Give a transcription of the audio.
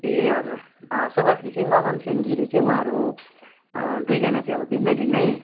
ए हजुर सुभाष घिसिङ अगम सिंह गिरी चाहिँ उहाँहरू दुइजना चाहिँ अब भिन्न भिन्नै